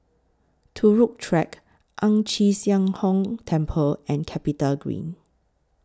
Turut Track Ang Chee Sia Ong Temple and Capitagreen